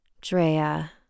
Drea